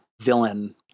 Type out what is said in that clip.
villain